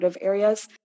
areas